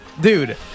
Dude